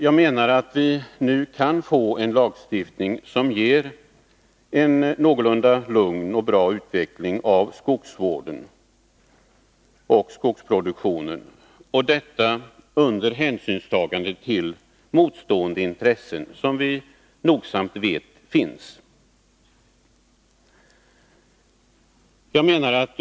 Jag menar att vi nu kan få en lagstiftning som ger en någorlunda lugn och bra utveckling av skogsvården och skogsproduktionen under hänsynstagande till motstående intressen, som vi nogsamt vet finns.